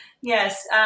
Yes